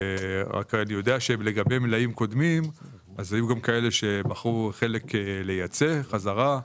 רק אני יודע שלגבי מלאים קודמים היו כאלה שבחרו להחזיר חזרה.